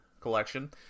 collection